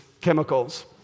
chemicals